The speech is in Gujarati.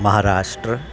મહારાષ્ટ્ર